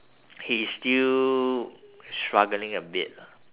he is still struggling a bit lah